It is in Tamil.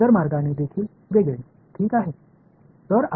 இது தெளிவற்றது ஏனென்றால் சில இடங்களில் வேறு வழியையும் நீங்கள் காணலாம்